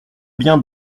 bien